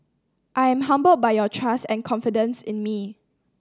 I am humbled by your trust and confidence in me